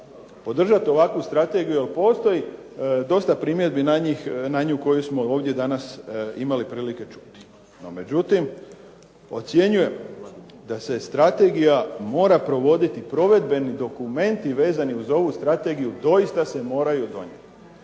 podržati ovakvu strategiju jer postoji dosta primjedbi na nju koju smo ovdje danas imali prilike čuti, no međutim ocjenjujem da se strategija mora provoditi, provedbeni dokumenti vezani uz ovu strategiju doista se moraju donijeti.